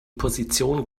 position